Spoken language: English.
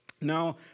Now